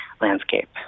landscape